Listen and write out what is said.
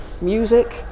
music